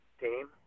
team